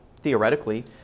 theoretically